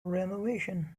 renovation